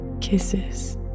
kisses